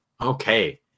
okay